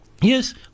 Yes